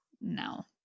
no